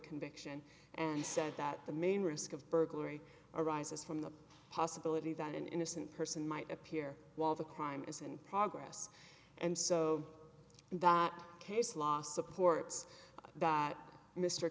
conviction and said that the main risk of burglary arises from the possibility that an innocent person might appear while the crime is in progress and so in that case law supports that mr